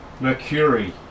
Mercury